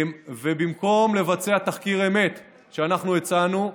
במקום לבצע תחקיר אמת, שאנחנו הצענו,